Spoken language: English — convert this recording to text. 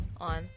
on